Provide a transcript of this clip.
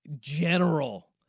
General